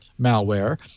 malware